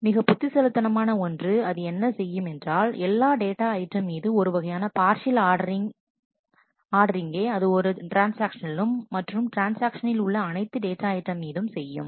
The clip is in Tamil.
நன்று மிக புத்திசாலித்தனமான ஒன்று அது என்ன செய்யும் என்றால் எல்லா டேட்டா ஐட்டம் மீது ஒருவகையான பார்சியல் ஆர்டரிங்கை அது ஒரு ட்ரான்ஸ்ஆக்ஷனிலும் மற்றும் ட்ரான்ஸ்ஆக்ஷனில் உள்ள அனைத்து டேட்டா ஐட்டம் மீதும் செய்யும்